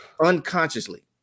unconsciously